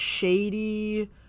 shady